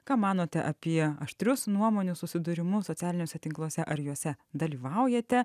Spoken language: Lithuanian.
ką manote apie aštrius nuomonių susidūrimus socialiniuose tinkluose ar juose dalyvaujate